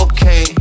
Okay